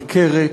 ניכרת,